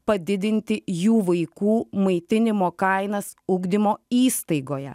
padidinti jų vaikų maitinimo kainas ugdymo įstaigoje